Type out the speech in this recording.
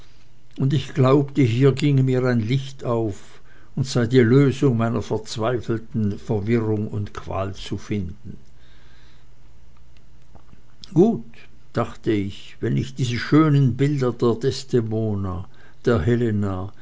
und ich glaubte hier ginge mir ein licht auf und sei die lösung meiner zweifelvollen verwirrung und qual zu finden gut dachte ich wenn ich diese schönen bilder der desdemona der helena